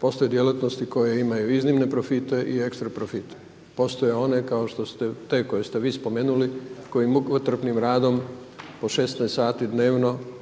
Postoje djelatnosti koje imaju iznimne profite i ekstra profite. Postoje one kao što ste, te koje ste vi spomenuli koji mukotrpnim radom po 16 sati dnevno